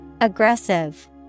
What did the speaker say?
Aggressive